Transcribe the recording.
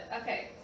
Okay